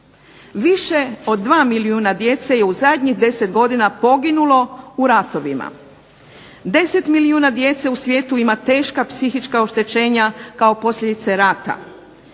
Više od 2 milijuna djeca je u zadnjih 10 godina poginulo u ratovima. 10 milijuna djece u svijetu ima teška psihička oštećenja kao posljedice rata,